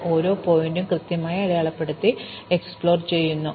ശരി ഓരോ ശീർഷകവും കൃത്യമായി അടയാളപ്പെടുത്തി പര്യവേക്ഷണം ചെയ്യുന്നു